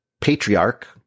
patriarch